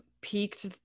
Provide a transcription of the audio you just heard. peaked